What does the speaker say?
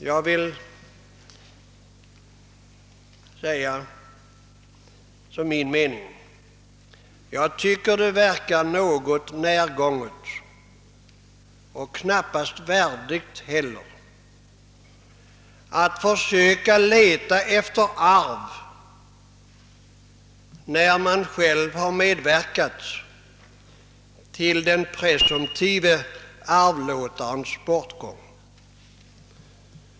Jag tycker att det verkar något närgånget och knappast värdigt att försöka leta efter arv när man själv har medverkat till den presumtive arvlåtarens bortgång.